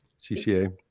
CCA